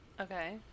Okay